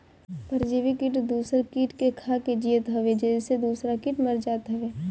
परजीवी किट दूसर किट के खाके जियत हअ जेसे दूसरा किट मर जात हवे